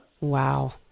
Wow